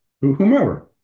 whomever